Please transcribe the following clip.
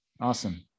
Awesome